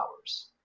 hours